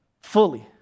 fully